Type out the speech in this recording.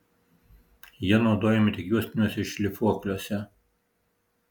jie naudojami tik juostiniuose šlifuokliuose